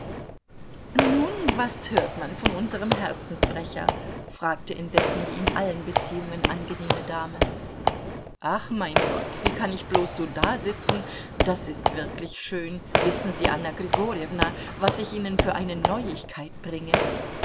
nun was hört man von unserem herzensbrecher fragte indessen die in allen beziehungen angenehme dame ach mein gott wie kann ich bloß so dasitzen das ist wirklich schön wissen sie anna grigorjewna was ich ihnen für eine neuigkeit bringe